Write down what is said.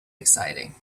exciting